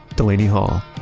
delaney hall,